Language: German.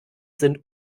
sind